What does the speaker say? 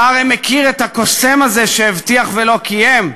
אתה הרי מכיר את הקוסם הזה שהבטיח ולא קיים.